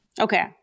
Okay